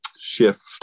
shift